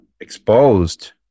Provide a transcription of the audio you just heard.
exposed